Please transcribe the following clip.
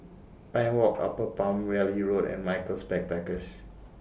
Pine Walk Upper Palm Valley Road and Michaels Backpackers